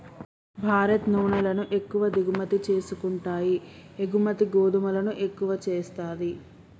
భారత్ నూనెలను ఎక్కువ దిగుమతి చేసుకుంటాయి ఎగుమతి గోధుమలను ఎక్కువ చేస్తది